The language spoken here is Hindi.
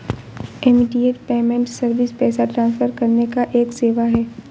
इमीडियेट पेमेंट सर्विस पैसा ट्रांसफर करने का एक सेवा है